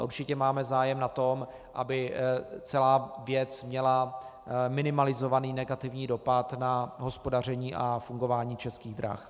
Určitě máme zájem na tom, aby celá věc měla minimalizovaný negativní dopad na hospodaření a fungování Českých drah.